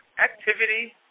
Activity